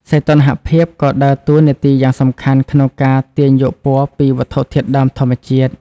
សីតុណ្ហភាពក៏ដើរតួនាទីយ៉ាងសំខាន់ក្នុងការទាញយកពណ៌ពីវត្ថុធាតុដើមធម្មជាតិ។